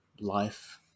life